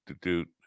doot